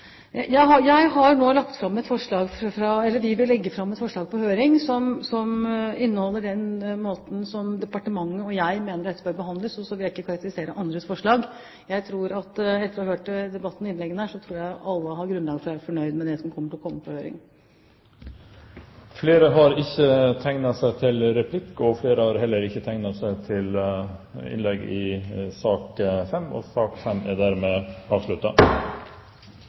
Vi vil legge fram et forslag på høring som inneholder den måten som departementet og jeg mener dette bør behandles på. Jeg vil ikke karakterisere andres forslag. Jeg tror, etter å ha hørt debatten og innleggene her, at alle har grunnlag for å kunne være fornøyd med det som kommer til å komme på høring. Replikkordskiftet er omme. Flere har ikke bedt om ordet til sak nr. 5. Etter ønske fra arbeids- og sosialkomiteen vil presidenten foreslå at debatten blir begrenset til 70 minutter, og